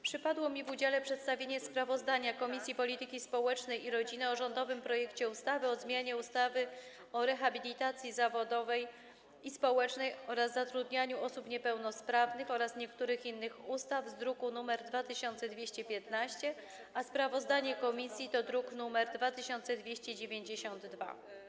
Przypadło mi w udziale przedstawienie sprawozdania Komisji Polityki Społecznej i Rodziny o rządowym projekcie ustawy o zmianie ustawy o rehabilitacji zawodowej i społecznej oraz zatrudnianiu osób niepełnosprawnych oraz niektórych innych ustaw, druk nr 2215, a sprawozdanie komisji to druk nr 2292.